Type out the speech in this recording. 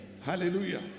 Hallelujah